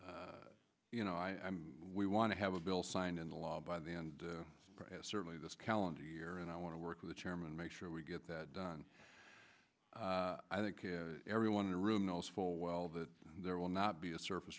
but you know i am we want to have a bill signed into law by the end certainly this calendar year and i want to work with the chairman make sure we get that done i think everyone in a room knows full well that there will not be a surface